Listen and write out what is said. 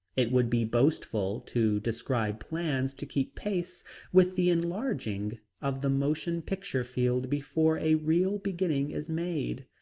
it would be boastful to describe plans to keep pace with the enlarging of the motion picture field before a real beginning is made.